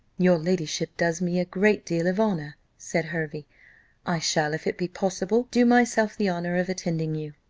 your ladyship does me a great deal of honour, said hervey i shall, if it be possible, do myself the honour of attending you.